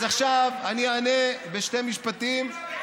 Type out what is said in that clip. אז עכשיו אני אענה בשני משפטים,